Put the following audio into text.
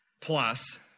plus